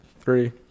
three